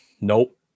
nope